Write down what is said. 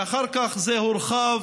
ואחר כך זה הורחב,